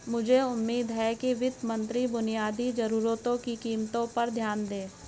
मुझे उम्मीद है कि वित्त मंत्री बुनियादी जरूरतों की कीमतों पर ध्यान देंगे